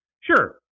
sure